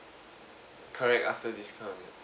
correct after discount yup